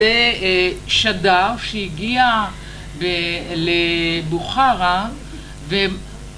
זה שד"ר שהגיע לבוכרה